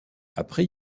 après